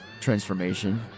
transformation